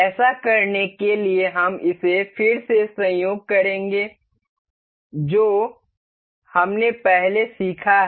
ऐसा करने के लिए हम इसे फिर से संयोग करेंगे जो हमने पहले सीखा है